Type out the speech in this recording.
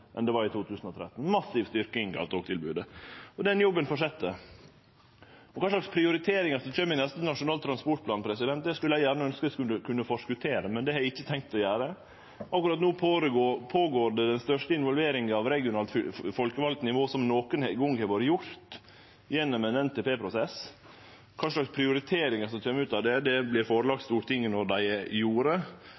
enn det var i 2013, ei massiv styrking av togtilbodet. Og den jobben fortset. Kva slags prioriteringar som kjem i neste Nasjonal transportplan, skulle eg gjerne ønskje eg kunne forskottere, men det har eg ikkje tenkt å gjere. Akkurat no føregår den største involveringa av regionalt folkevalt nivå som nokon gong har vore gjort gjennom ein NTP-prosess. Kva slags prioriteringar som kjem ut av det,